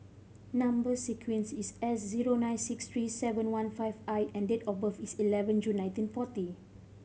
number sequence is S zero nine six three seven one five I and date of birth is eleven June nineteen forty